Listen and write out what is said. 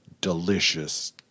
delicious